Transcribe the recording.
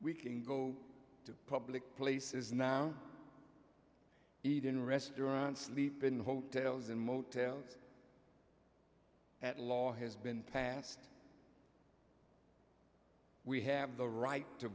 we can go to public places now eat in restaurants sleep in hotels and motels that law has been passed we have the right to